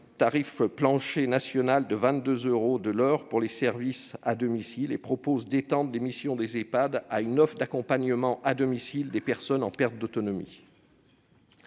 tarif plancher national de 22 euros de l'heure pour les services à domicile et étend les missions des Ehpad à une offre d'accompagnement à domicile des personnes en perte d'autonomie.